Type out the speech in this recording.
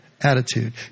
attitude